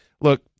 Look